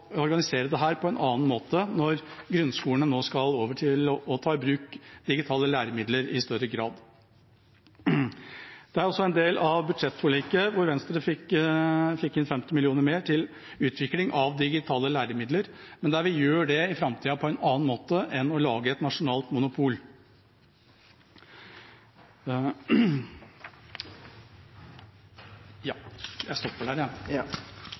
organisere dette på en annen måte når grunnskolene nå skal gå over til å ta i bruk digitale læremidler i større grad. I en del av budsjettforliket fikk Venstre også inn 50 mill. kr mer til utvikling av digitale læremidler, men der vi i framtida gjør det på en annen måte enn ved å lage et nasjonalt monopol. Jeg tror jeg stopper der. Det